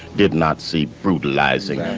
did not see brutalizing. and